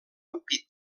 ampit